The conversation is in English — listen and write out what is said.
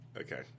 Okay